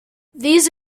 these